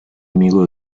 amigo